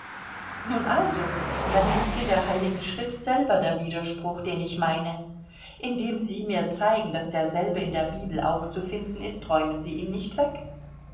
nun also dann liegt in der heiligen schrift selber der widerspruch den ich meine indem sie mir zeigen daß derselbe in der bibel auch zu finden ist räumen sie ihn nicht weg